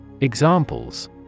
Examples